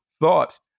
thought